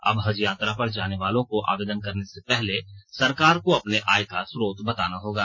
अब हज यात्रा पर जाने वालों को आवेदन करने से पहले सरकार को अपने आय का स्रोत बताना होगा